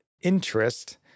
interest